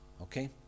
Okay